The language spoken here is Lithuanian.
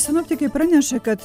sinoptikai praneša kad